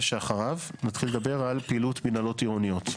נתחיל לדבר על פעילות מינהלות עירוניות.